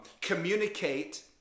communicate